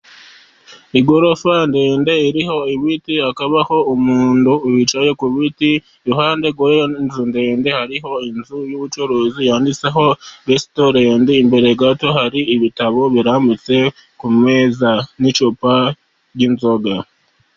Igorofa ndende iriho ibiti, hakabaho umuntu wicaye ku biti, iruhande rw'iyo nzu ndende, hariho inzu y'ubucuruzi yanditseho resitorenti. Imbere gato hari ibitabo birambitse ku meza n'icupa ry'inzoga.